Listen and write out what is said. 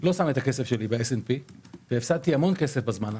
לא שם את הכסף שלי ב-S&P והפסדתי המון כסף בשנים האחרונות.